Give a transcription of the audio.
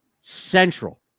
Central